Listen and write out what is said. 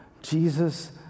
Jesus